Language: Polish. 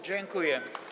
Dziękuję.